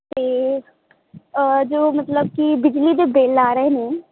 ਅਤੇ ਜੋ ਮਤਲਬ ਕਿ ਬਿਜਲੀ ਦੇ ਬਿਲ ਆ ਰਹੇ ਨੇ